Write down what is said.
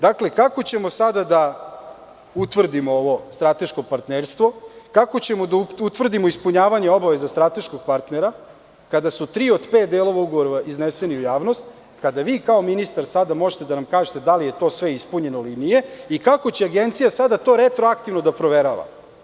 Dakle, kako ćemo sada da utvrdimo ovo strateško partnerstvo, kako ćemo da utvrdimo ispunjavanje obaveza strateškog partnera kada su tri od pet delova ugovora izneseni u javnost, kada vi kao ministar sada možete da nam kažete da li je to sve ispunjeno ili nije, i kako će Agencija sada to retroaktivno da proverava?